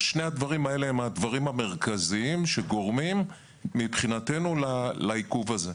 אלה שני הדברים המרכזיים שגורמים מבחינתנו לעיכוב הזה.